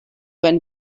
when